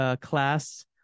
class